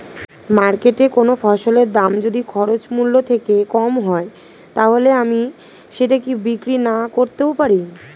মার্কেটৈ কোন ফসলের দাম যদি খরচ মূল্য থেকে কম হয় তাহলে আমি সেটা কি বিক্রি নাকরতেও পারি?